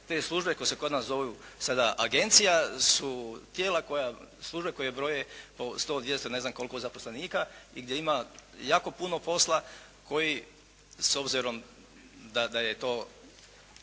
te službe koje se kod nas zovu sada agencija su tijela, službe koje broje po sto, dvijesto, ne znam koliko zaposlenika i gdje ima jako puno posla koji s obzirom da je to